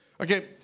Okay